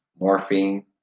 morphine